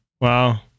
Wow